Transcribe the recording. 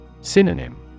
Synonym